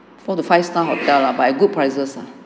for the five star hotel lah by at good prices lah